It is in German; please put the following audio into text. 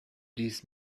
dies